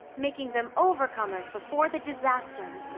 making them overcomers before the disaster.